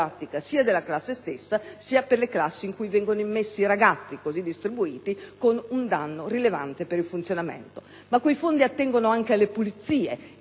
sia della classe stessa che delle classi in cui vengono immessi i ragazzi, con un danno rilevante per il funzionamento. Quei fondi attengono anche alle pulizie,